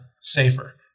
safer